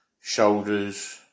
shoulders